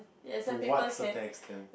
to what certain extent